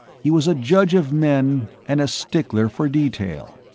he was a judge of men and a stickler for detail.